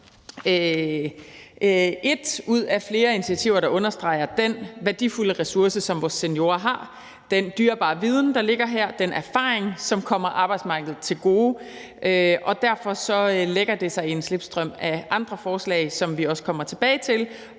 et ud af flere initiativer, der understreger den værdifulde ressource, som vores seniorer har, den dyrebare viden, der ligger her, og den erfaring, som kommer arbejdsmarkedet til gode. Derfor lægger det sig i en slipstrøm af andre forslag, som vi også kommer tilbage til,